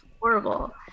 horrible